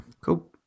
Cool